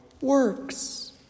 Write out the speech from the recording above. works